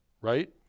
right